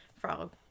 frog